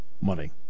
money